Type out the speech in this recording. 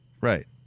right